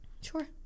Sure